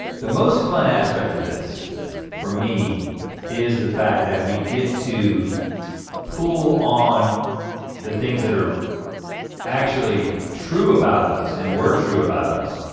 the most fun aspect of this for me is the fact that we get to pull on the things that are actually true about us, and were true about us,